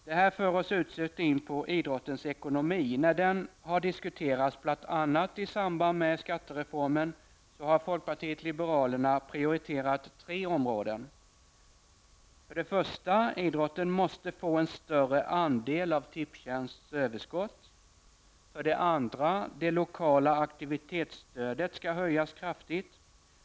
Det här för oss osökt in på idrottens ekonomi. När den har diskuterats, bl.a. i samband med skattereformen, har folkpartiet liberalerna prioriterat tre områden. 1. Idrotten måste få en större andel av Tipptjänsts överskott. 2. Det lokala aktivitetsstödet skall höjas kraftigt.